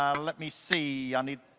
um let me see, i need